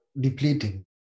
depleting